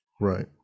Right